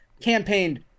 campaigned